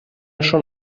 schon